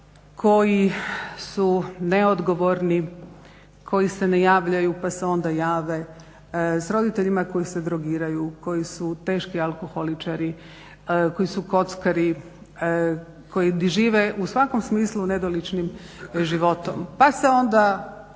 koji su neodgovorni, koji se ne javljaju pa se onda jave, s roditeljima koji se drogiraju, koji su teški alkoholičari, koji su kockari, koji žive u svakom smislu nedoličnim životom, pa se onda